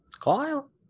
Kyle